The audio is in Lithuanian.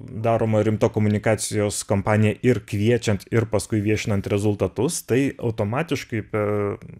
daroma rimta komunikacijos kampanija ir kviečiant ir paskui viešinant rezultatus tai automatiškai per